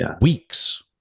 weeks